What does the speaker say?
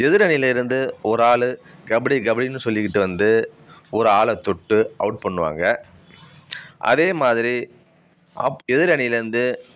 எதிர் அணியிலேருந்து ஒரு ஆள் கபடி கபடினு சொல்லிக்கிட்டு வந்து ஒரு ஆளை தொட்டு அவுட் பண்ணுவாங்க அதே மாதிரி ஆப் எதிர் அணியிலேருந்து